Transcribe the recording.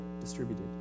distributed